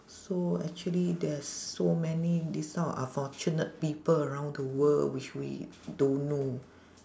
so actually there's so many this type of unfortunate people around the world which we don't know